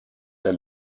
der